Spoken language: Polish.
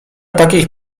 takich